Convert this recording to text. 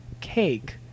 cake